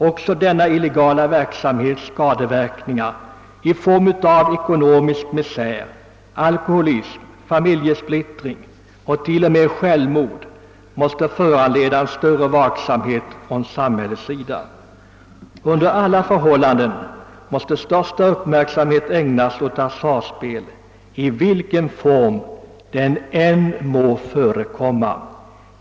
även denna illegala verksamhets skadeverkningar i form av ekonomisk misär, alkoholism, familjesplittring, ja till och med självmord måste föranleda en större vaksamhet från samhällets sida. Under alla förhållanden måste största uppmärksamhet ägnas åt hasardspel i vilken form det än må förekomma.